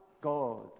God